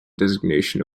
designation